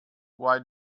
why